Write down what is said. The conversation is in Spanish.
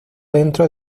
dentro